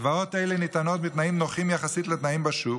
הלוואות אלה ניתנות בתנאים נוחים יחסית לתנאים בשוק,